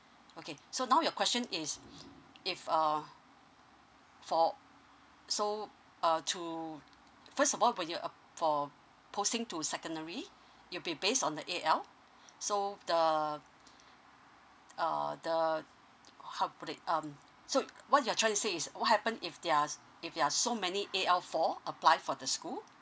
okay so now your question is if uh for so uh to first of all when you app~ for posting to secondary it'll be based on the A_L so the uh the how to put it um so what you're trying to say is what happen if there are s~ if there are so many A_L four apply for the school